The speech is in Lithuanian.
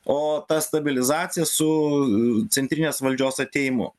o ta stabilizacija su centrinės valdžios atėjimu